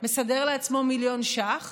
מסדר לעצמו מיליון ש"ח